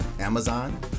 Amazon